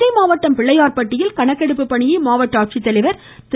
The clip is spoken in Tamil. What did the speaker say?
தஞ்சை மாவட்டம் பிள்ளையார் பட்டியில் இந்த கணக்கெடுப்பு பணியை மாவட்ட ஆட்சித்தலைவர் திரு